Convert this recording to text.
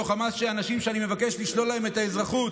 אותו חמאס שאנשים שאני מבקש לשלול להם את האזרחות